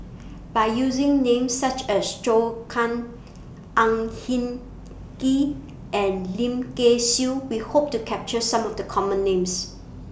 By using Names such as Zhou Can Ang Hin Kee and Lim Kay Siu We Hope to capture Some of The Common Names